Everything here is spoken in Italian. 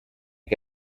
che